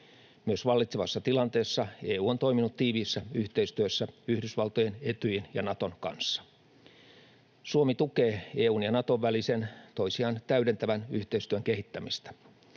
Myös vallitsevassa tilanteessa EU on toiminut tiiviissä yhteistyössä Yhdysvaltojen, Etyjin ja Naton kanssa. Suomi tukee EU:n ja Naton välisen, toisiaan täydentävän yhteistyön kehittämistä.